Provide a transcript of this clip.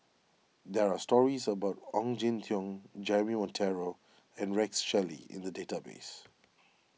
there are stories about Ong Jin Teong Jeremy Monteiro and Rex Shelley in the database